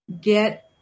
get